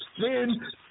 sin